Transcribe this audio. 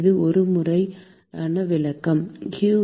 இது ஒரு முழுமையான விளக்கமா